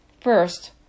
First